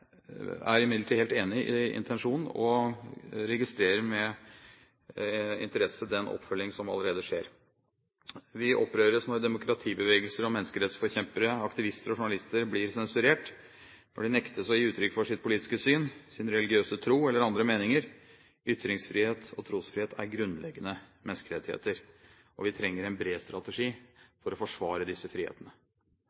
er imidlertid helt enig i intensjonen, og registrerer med interesse den oppfølging som allerede skjer. Vi opprøres når demokratibevegelser, menneskerettsforkjempere, aktivister og journalister blir sensurert, når de nektes å gi uttrykk for sitt politiske syn, sin religiøse tro eller andre meninger. Ytringsfrihet og trosfrihet er grunnleggende menneskerettigheter. Vi trenger en bred strategi